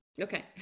Okay